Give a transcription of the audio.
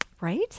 right